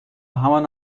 همان